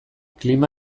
klima